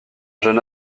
jeune